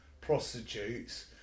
prostitutes